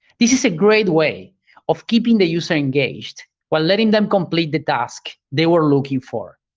this is a great way of keeping the user engaged while letting them complete the task they were looking for.